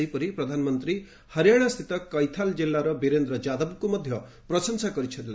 ସେହିପରି ପ୍ରଧାନମନ୍ତ୍ରୀ ହରିୟାଣା ସ୍ଥିତ କେଥାଲ୍ ଜିଲ୍ଲାର ବୀରେନ୍ଦ୍ର ଯାଦବଙ୍କୁ ପ୍ରଶଂସା କରିଥିଲେ